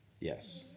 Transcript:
Yes